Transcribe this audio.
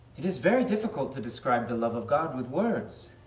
it is very difficult to describe the love of god with words.